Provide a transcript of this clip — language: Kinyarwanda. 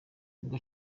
ubwo